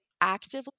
actively